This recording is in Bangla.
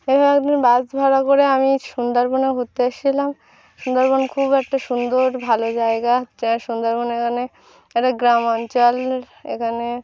এইভাবে এক দিন বাস ভাড়া করে আমি সুন্দরবনে ঘুরতে এসেছিলাম সুন্দরবন খুব একটা সুন্দর ভালো জায়গা সুন্দরবন এখানে একটা গ্রাম অঞ্চল এখানে